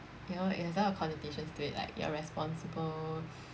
you know it has a lot of connotations to it like you're responsible